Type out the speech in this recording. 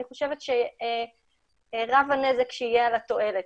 אני חושבת שבתיקון כזה רב הנזק שיהיה על התועלת.